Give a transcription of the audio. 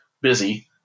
busy